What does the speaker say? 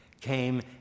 came